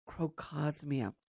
Crocosmia